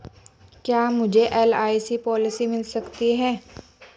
क्या मुझे LIC policy मिल सकती है?